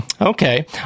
Okay